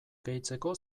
gehitzeko